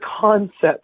concept